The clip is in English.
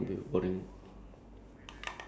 ya that would be the best thing